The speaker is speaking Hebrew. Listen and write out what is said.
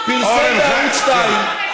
פרסם בערוץ 2,